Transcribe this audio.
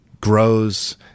grows